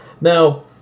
Now